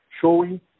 showing